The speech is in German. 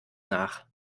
nach